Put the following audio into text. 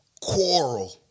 quarrel